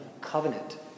covenant